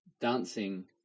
dancing